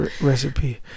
recipe